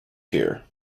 tier